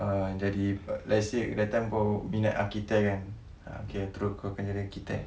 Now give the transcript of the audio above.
uh let's say that time kau minat arkitek kan ah K terus kau kene jadi arkitek